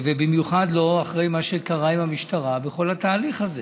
ובמיוחד לא אחרי מה שקרה עם המשטרה בכל התהליך הזה.